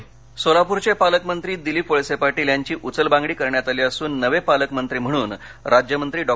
पालकमंत्री सोलापर सोलापूरचे पालकमंत्री दिलीप वळसे पाटील यांची उचलबांगडी करण्यात आली असून नवे पालकमंत्री म्हणून राज्यमंत्री डॉ